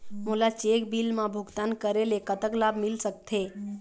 मोला check bill मा भुगतान करेले कतक लाभ मिल सकथे?